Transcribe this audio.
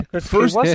First